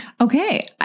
Okay